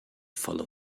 follow